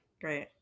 Great